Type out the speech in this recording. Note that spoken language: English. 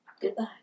Goodbye